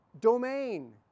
domain